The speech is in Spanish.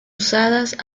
usadas